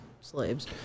slaves